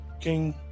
king